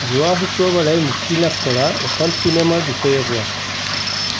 যোৱা শুক্ৰবাৰে মুক্তি লাভ কৰা এখন চিনেমাৰ বিষয়ে কোৱা